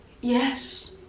Yes